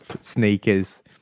sneakers